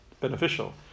beneficial